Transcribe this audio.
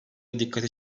dikkati